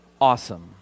awesome